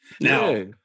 Now